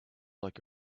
like